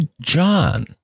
John